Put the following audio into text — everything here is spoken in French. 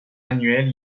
annuelle